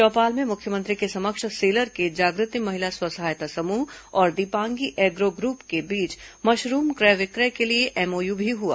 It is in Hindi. चौपाल में मुख्यमंत्री के समक्ष सेलर के जागृति महिला स्व सहायता समूह और दीपांगी एग्रो ग्रुप के बीच मशरूम क्रय विक्रय के लिए एमओयू भी हुआ